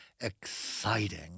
exciting